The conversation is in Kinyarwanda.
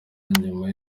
nyuma